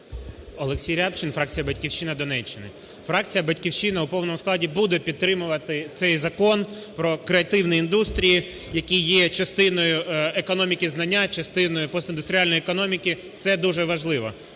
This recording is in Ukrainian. Олексій Рябчин, фракція "Батьківщина" Донеччина. Фракція "Батьківщини" у повному складі буде підтримувати цей Закон про креативні індустрії, які є частиною економіки знання, частиною постіндустріальної економіки, це дуже важливо.